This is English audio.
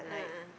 a'ah